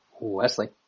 Wesley